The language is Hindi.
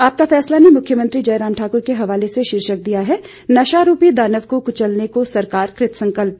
आपका फैसला ने मुख्यमंत्री जयराम ठाक्र के हवाले से शीर्षक दिया है नशारूपी दानव को कुचलने को सरकार कृतसंकल्प